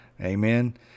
amen